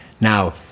now